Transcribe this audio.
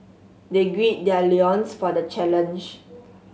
they gird their loins for the challenge